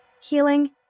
Healing